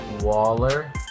Waller